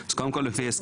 כל (4).